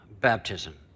baptism